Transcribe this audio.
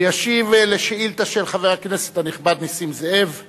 וישיב על שאילתא של חבר הכנסת הנכבד נסים זאב בנושא: